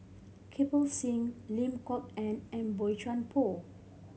Kirpal Singh Lim Kok Ann and Boey Chuan Poh